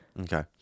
Okay